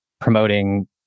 promoting